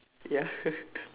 ya